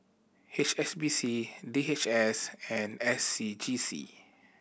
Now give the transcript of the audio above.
H S B C D H S and S C G C